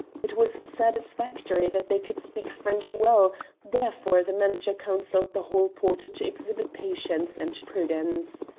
it was satisfactory that they could speak french well therefore the manager counselled the hall-porter to exhibit patience and prudence.